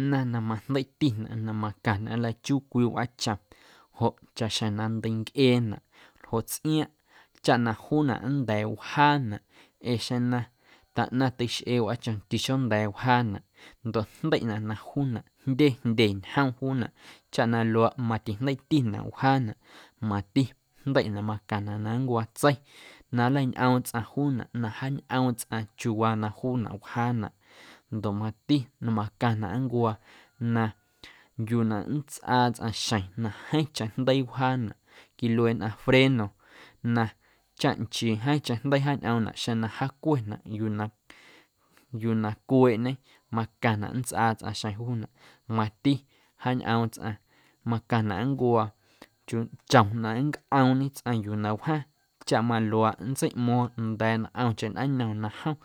Ꞌnaⁿ na majndeiꞌtiꞌnaꞌ na macaⁿnaꞌ nlachuu cwii wꞌaachom joꞌ chaꞌxjeⁿ na ndeincꞌeenaꞌ ljoꞌ tsꞌiaaⁿꞌ chaꞌ na juunaꞌ nnda̱a̱ wjaanaꞌ ee xeⁿ na taꞌnaⁿ teixꞌee wꞌaachom tixonda̱a̱ wjaanaꞌ ndoꞌ jndeiꞌnaꞌ na juunaꞌ jndye jndye ñjom juunaꞌ chaꞌ na luaaꞌ matijndeiꞌtinaꞌ wjaanaꞌ mati jndeiꞌnaꞌ na macaⁿnaꞌ na nncwaa tsei na nleiñꞌoom tsꞌaⁿ juunaꞌ na jañꞌoom tsꞌaⁿ chiuuwaa na juunaꞌ wjaanaꞌ ndoꞌ mati na macaⁿnaꞌ nncwaa na nntsꞌaa tsꞌaⁿ xeⁿ na jeeⁿcheⁿ jndeii wjaanaꞌ quilue nnꞌaⁿ freno na chaꞌ nchii jeeⁿcheⁿ jndeii wjaañꞌoomnaꞌ xeⁿ na jaacwenaꞌ yuu na yuu na cweeꞌñe macaⁿnaꞌ nntsꞌaa tsꞌaⁿ xjeⁿ juunaꞌ mati jaañꞌoom tsꞌaⁿ macaⁿnaꞌ nncwaa chom na nncꞌoomñe tsꞌaⁿ yuu na wjaⁿ chaꞌ maluaaꞌ nntseiꞌmo̱o̱ⁿ nda̱a̱ ntꞌomcheⁿ ndꞌaañom na jom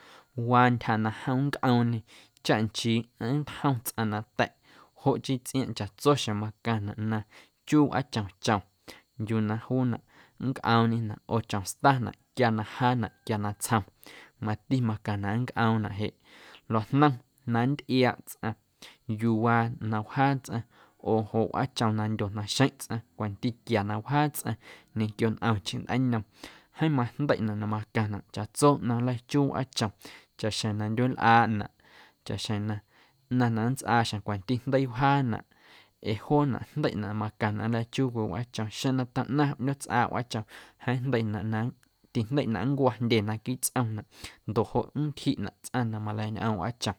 waa ntyja na jom nncꞌoomñe chaꞌ nchii nntjom tsꞌaⁿ nata̱ꞌ joꞌ chii tsꞌiaaⁿꞌ chaꞌtso xjeⁿ macaⁿnaꞌ na chuu wꞌaachom chom yuu na juunaꞌ nncꞌoomñenaꞌ oo chom stanaꞌ quia na jaanaꞌ na natsjom mati macaⁿnaꞌ nncꞌoomnaꞌ jeꞌ ljo̱ꞌjnom na nntꞌiaaꞌ tsꞌaⁿ yuu waa na wjaa tsꞌaⁿ oo joꞌ wꞌaachom na ndyo naxeⁿ ꞌtsꞌaⁿ cwanti tquia na wjaa tsꞌaⁿ ñequio ntꞌomcheⁿ ndꞌaañom jeeⁿ majndeiꞌnaꞌ na macaⁿnaꞌ chaꞌtso nleichuu wꞌaachom chaꞌxjeⁿ na ndyueelꞌaaꞌnaꞌ, chaꞌxjeⁿ na ꞌnaⁿ na nntsꞌaanaꞌ xjeⁿ cwanti jndeii wjaanaꞌ ee joonaꞌ jndeiꞌnaꞌ na macaⁿnaꞌ na chuu cwii wꞌaachom xeⁿ na taꞌnaⁿ ꞌdyootsꞌaaꞌ wꞌaachom jeeⁿ jndeiꞌnaꞌ tijndeiꞌnaꞌ na nncwa jndye naquiiꞌ tsꞌomnaꞌ ndoꞌ joꞌ nncjiꞌnaꞌ tsꞌaⁿ na maleiñꞌoom wꞌaachom.